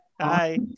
Hi